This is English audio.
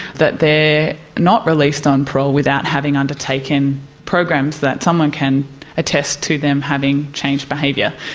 that they are not released on parole without having undertaken programs that someone can attest to them having changed behaviour.